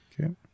Okay